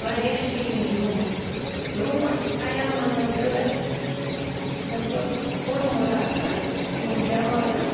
وارِیاہ چینٛج گومُت برٛونٛٹھ عیامن منٛز ٲسۍ پوٚرمُت آسان یِمو جَوانو